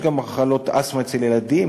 18%. יש גם מחלות אסתמה אצל ילדים,